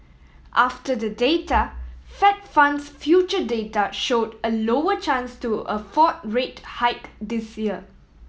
after the data Fed funds future data showed a lower chance to a fourth rate hike this year